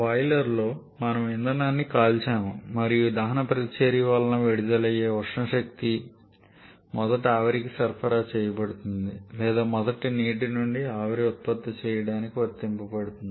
బాయిలర్లో మనము ఇంధనాన్ని కాల్చాము మరియు ఈ దహన ప్రతిచర్య వలన విడుదలయ్యే ఉష్ణ శక్తి మొదట ఆవిరికి సరఫరా చేయబడుతుంది లేదా మొదట నీటి నుండి ఆవిరిని ఉత్పత్తి చేయడానికి వర్తించబడుతుంది